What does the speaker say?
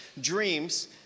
dreams